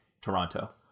Toronto